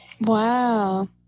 wow